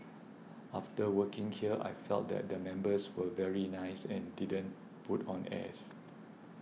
after working here I felt that the members were very nice and didn't put on airs